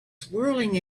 swirling